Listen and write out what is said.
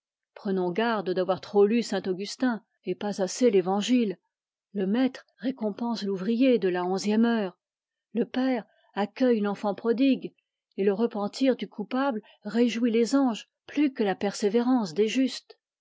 prenons garde d'avoir trop lu saint augustin et pas assez l'évangile le maître récompense l'ouvrier de la onzième heure le père accueille l'enfant prodigue et le repentir du coupable réjouit les anges plus que la persévérance des justes